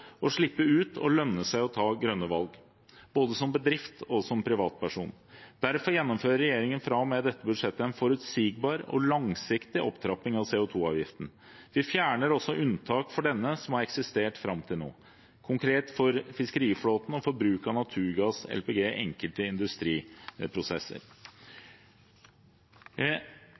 å slippe ut og lønne seg å ta grønne valg, både som bedrift og som privatperson. Derfor gjennomfører regjeringen fra og med dette budsjettet en forutsigbar og langsiktig opptrapping av CO2-avgiften. Vi fjerner også unntak for denne som har eksistert fram til nå, konkret for fiskeriflåten, og for bruk av naturgass/LPG i enkelte industriprosesser.